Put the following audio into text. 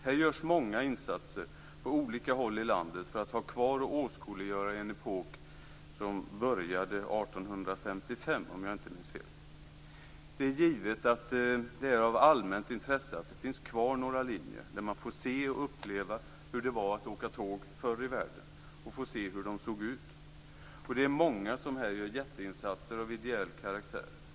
Här görs på olika håll i landet många insatser för att ha kvar och för att åskådliggöra en epok som började 1855, om jag inte minns fel. Det är givet att det är av allmänt intresse att det finns kvar några linjer där man får se och uppleva hur det var att åka tåg förr i världen och där man kan få se hur tågen såg ut. Det är många som här gör jätteinsatser av ideell karaktär.